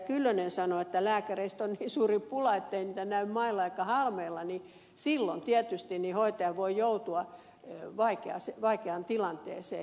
kyllönen sanoi että lääkäreistä on niin suuri pula ettei niitä näy mailla eikä halmeilla niin silloin tietysti hoitaja voi joutua vaikeaan tilanteeseen